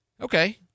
Okay